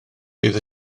bydd